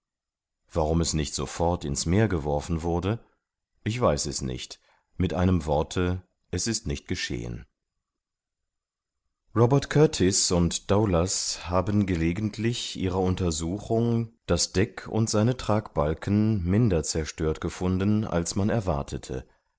warum es nicht sofort in's meer geworfen wurde ich weiß es nicht mit einem worte es ist nicht geschehen robert kurtis und daoulas haben gelegentlich ihrer untersuchung das deck und seine tragbalken minder zerstört gefunden als man erwartete